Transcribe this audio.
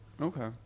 Okay